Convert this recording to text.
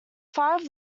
five